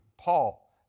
Paul